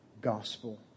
gospel